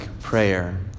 prayer